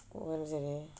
what is it again